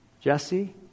Jesse